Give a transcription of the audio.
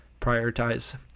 prioritize